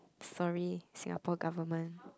sorry Singapore government